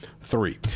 three